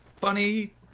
Funny